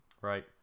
right